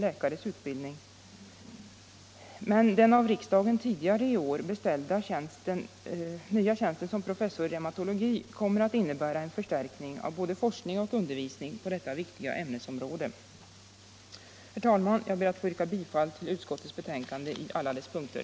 Jag ber att få yrka bifall till utskottets hemställan på alla punkter.